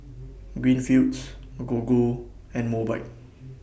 Greenfields Gogo and Mobike